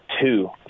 two